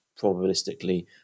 probabilistically